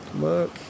look